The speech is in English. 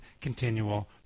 continual